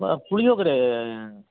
पुळीयोगरे